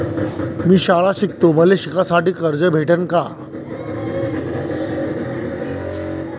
मी शाळा शिकतो, मले शिकासाठी कर्ज भेटन का?